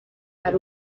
ari